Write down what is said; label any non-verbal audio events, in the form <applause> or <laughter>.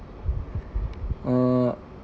<breath> err